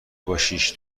باشیش